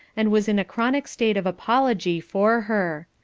and was in a chronic state of apology for her.